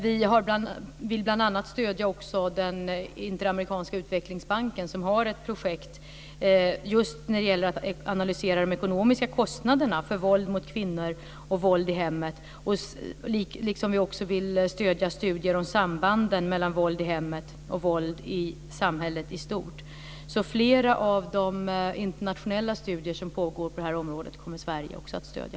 Vi vill bl.a. stödja också den interamerikanska utvecklingsbanken, som har ett projekt just när det gäller att analysera de ekonomiska kostnaderna för våld mot kvinnor och våld i hemmet, liksom vi också vill stödja studier om sambanden mellan våld i hemmet och våld i samhället i stort. Flera av de internationella studier som pågår på detta område kommer Sverige också att stödja.